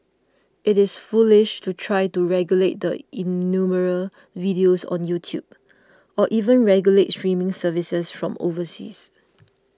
it is foolish to try to regulate the innumerable videos on YouTube or even regulate streaming services from overseas